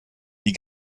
die